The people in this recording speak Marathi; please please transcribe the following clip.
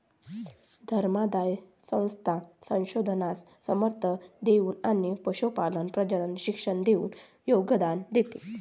धर्मादाय संस्था संशोधनास समर्थन देऊन आणि पशुपालन प्रजनन शिक्षण देऊन योगदान देते